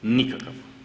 Nikakav.